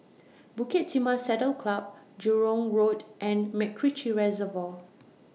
Bukit Timah Saddle Club Jurong Road and Macritchie Reservoir